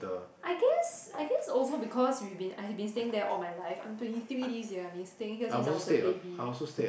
I guess I guess also because we've been I've been staying there all my life I'm twenty three this year I've been staying here since I was a baby